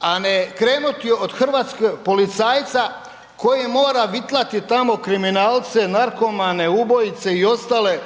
a ne krenuti od hrvatskog policajca koji mora vitlati tamo kriminalce, narkomane, ubojice i ostale